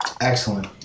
Excellent